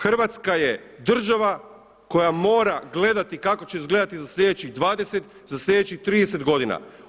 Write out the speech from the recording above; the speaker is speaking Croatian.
Hrvatska je država koja mora gledati kako će izgledati za sljedeći dvadeset za sljedećih 30 godina!